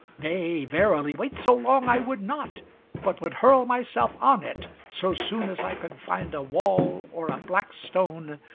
nay, verily, wait so long i would not but would hurl myself on it so soon as i could find a wall, or a black stone,